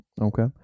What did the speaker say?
Okay